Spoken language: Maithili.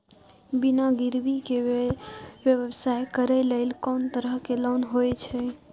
बिना गिरवी के व्यवसाय करै ले कोन तरह के लोन होए छै?